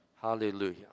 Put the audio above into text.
Hallelujah